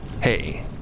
Hey